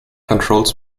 controls